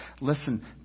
Listen